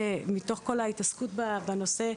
מתוך כל ההתעסקות בנושא,